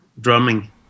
drumming